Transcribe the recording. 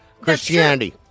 Christianity